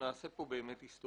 נעשה פה היסטוריה.